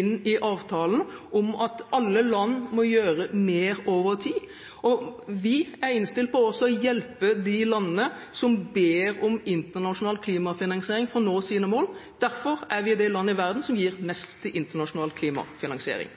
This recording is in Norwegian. inn i avtalen at alle land må gjøre mer over tid. Vi er innstilt på å hjelpe de landene som ber om internasjonal klimafinansiering for å nå sine mål. Derfor er vi det land i verden som gir mest til internasjonal klimafinansiering.